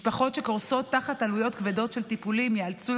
משפחות שקורסות תחת עלויות כבדות של טיפולים ייאלצו